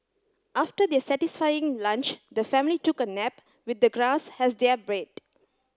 after their satisfying lunch the family took a nap with the grass as their bed